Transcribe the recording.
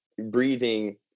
breathing